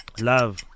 Love